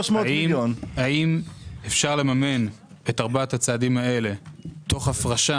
האם אפשר לממן את ארבעת הצעדים האלה תוך הפרשה